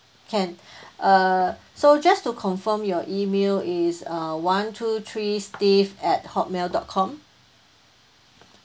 can uh so just to confirm your email is uh one two three steve at hot mail dot com